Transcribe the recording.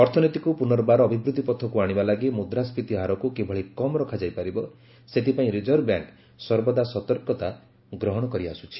ଅର୍ଥନୀତିକୁ ପୁନର୍ବାର ଅଭିବୃଦ୍ଧି ପଥକୁ ଆଣିବା ଲାଗି ମୁଦ୍ରାସ୍କୀତି ହାରକୁ କିଭଳି କମ୍ ରଖାଯାଇ ପାରିବ ସେଥିପାଇଁ ରିଜର୍ଭ ବ୍ୟାଙ୍କ ସର୍ବଦା ସତର୍କତା ଗ୍ରହଣ କରିଆସୁଛି